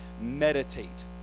meditate